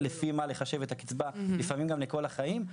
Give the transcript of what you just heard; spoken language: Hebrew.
לפי מה לחשב את הקצבה לפעמים גם לכל החיים,